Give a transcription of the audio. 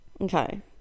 okay